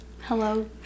Hello